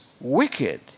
wicked